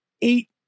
eight